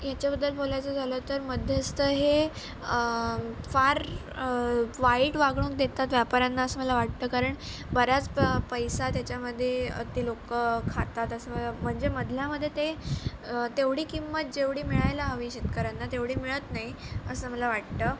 ह्याच्याबद्दल बोलायचं झालं तर मध्यस्त हे फार वाईट वागणूक देतात व्यापारांना असं मला वाटतं कारण बऱ्याच प पैसा त्याच्यामध्ये ते लोकं खातात असं मला म्हणजे मधल्या मध्ये ते तेवढी किंमत जेवढी मिळायला हवी शेतकऱ्यांना तेवढी मिळत नाही असं मला वाटतं